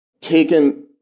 taken